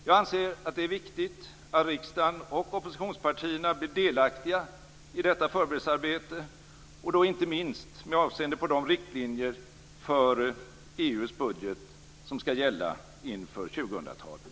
Jag anser att det är viktigt att riksdagen och oppositionspartierna blir delaktiga i detta förberedelsearbete, inte minst avseende de riktlinjer för EU:s budget som skall gälla inför 2000-talet.